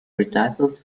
retitled